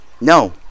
No